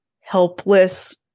helpless